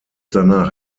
danach